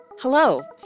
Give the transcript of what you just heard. Hello